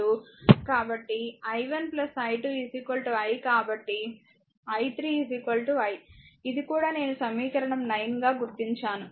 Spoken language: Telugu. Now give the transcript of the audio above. కాబట్టి i1 i2 i కాబట్టి i3 i ఇది కూడా నేను సమీకరణం 9 గా గుర్తించాను